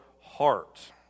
heart